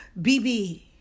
BB